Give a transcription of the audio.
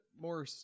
more